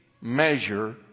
measure